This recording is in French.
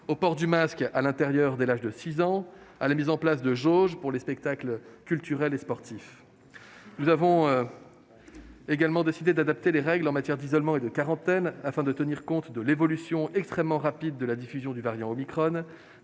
au port du masque à l'intérieur dès l'âge de 6 ans ou encore à la mise en place de jauges pour les spectacles culturels et les événements sportifs. Nous avons également décidé d'adapter les règles en matière d'isolement et de quarantaine, afin de tenir compte de la diffusion extrêmement rapide du variant omicron